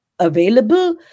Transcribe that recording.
available